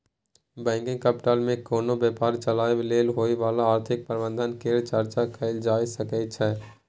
working capital मे कोनो व्यापार चलाबय लेल होइ बला आर्थिक प्रबंधन केर चर्चा कएल जाए सकइ छै